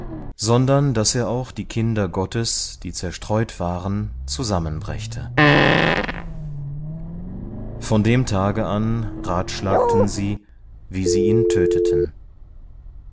sondern daß er auch die kinder gottes die zerstreut waren zusammenbrächte von dem tage an ratschlagten sie wie sie ihn töteten